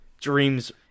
dreams